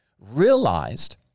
realized